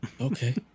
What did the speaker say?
Okay